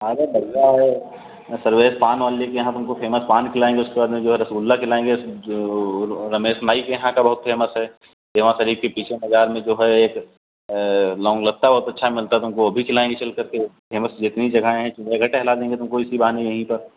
अरे बढ़िया है यह सर्वेस पान वाले के यहाँ तुमको फेमस पान खिलाएँगे उसके बाद में जो है रसगुल्ला खिलाऍंगे जो रमेश माई के यहाँ का बहुत फेमस है देवा शरीफ़ के पीछे मज़ार में जो है एक लौंग लत्ता बहुत अच्छा मिलता है तुमको वह भी खिलाएँगे चलकर के फेमस जितनी जगाएँ हैं सब जगह टहला देंगे तुमको इसी बहाने यहीं पर